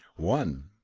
one.